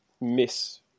miss